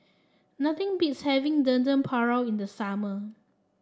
nothing beats having Dendeng Paru in the summer